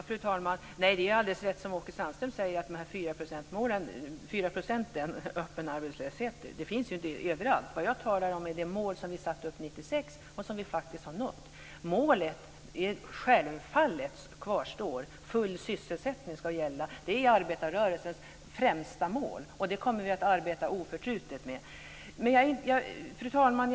Fru talman! Det är alldeles riktigt som Åke Sandström säger att målet 4 % öppen arbetslöshet ska gälla överallt. Det jag talade om var det mål som vi satte upp 1996 och som vi faktiskt har nått. Målet att full sysselsättning ska gälla kvarstår självfallet. Det är arbetarrörelsens främsta mål, och det kommer vi att arbeta oförtrutet med. Fru talman!